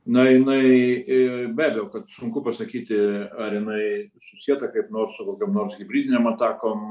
na jinai be abejo kad sunku pasakyti ar jinai susieta kaip nors su kokiom nors hibridinėm atakom